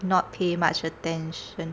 not pay much attention